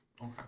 Okay